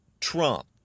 Trump